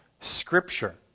scripture